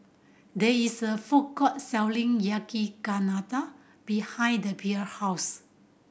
there is a food court selling Yakizakana behind the Blair house